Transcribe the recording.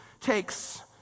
takes